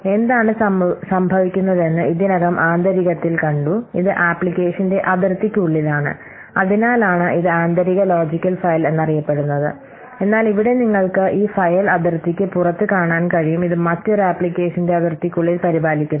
എന്താണ് സംഭവിക്കുന്നതെന്ന് ഇതിനകം ആന്തരികത്തിൽ കണ്ടു ഇത് ആപ്ലിക്കേഷന്റെ അതിർത്തിക്കുള്ളിലാണ് അതിനാലാണ് ഇത് ആന്തരിക ലോജിക്കൽ ഫയൽ എന്ന് അറിയപ്പെടുന്നത് എന്നാൽ ഇവിടെ നിങ്ങൾക്ക് ഈ ഫയൽ അതിർത്തിക്ക് പുറത്ത് കാണാൻ കഴിയും ഇത് മറ്റൊരു അപ്ലിക്കേഷന്റെ അതിർത്തിക്കുള്ളിൽ പരിപാലിക്കുന്നത്